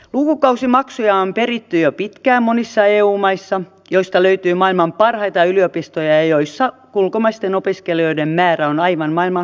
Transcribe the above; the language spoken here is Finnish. lukukausimaksuja on peritty jo pitkään monissa eu maissa joista löytyy maailman parhaita yliopistoja ja joissa ulkomaisten opiskelijoiden määrä on aivan maailman huippua